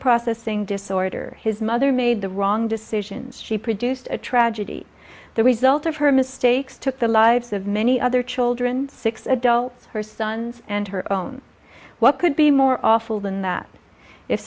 processing disorder his mother made the wrong decisions she produced a tragedy the result of her mistakes took the lives of many other children six adults her sons and her own what could be more awful than that if